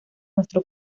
nuestro